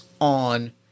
on